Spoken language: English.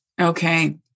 Okay